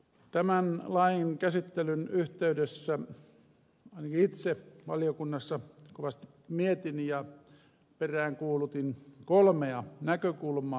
tämän lain käsittelyn yhteydessä ainakin itse valiokunnassa kovasti mietin ja peräänkuulutin kolmea näkökulmaa